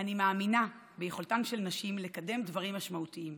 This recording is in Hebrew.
אני מאמינה ביכולתן של נשים לקדם דברים משמעותיים.